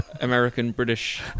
American-British